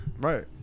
Right